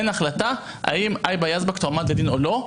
עדיין אין החלטה האם היבא יזבק תועמד לדין או לא.